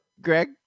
Greg